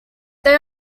they